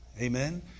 Amen